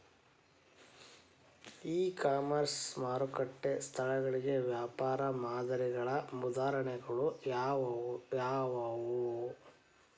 E commerce ಮಾರುಕಟ್ಟೆ ಸ್ಥಳಗಳಿಗೆ ವ್ಯಾಪಾರ ಮಾದರಿಗಳ ಉದಾಹರಣೆಗಳು ಯಾವವುರೇ?